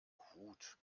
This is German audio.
gut